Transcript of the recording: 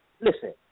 listen